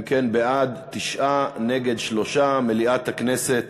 אם כן, בעד, 9, נגד, 3. מליאת הכנסת